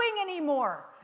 anymore